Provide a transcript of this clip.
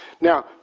Now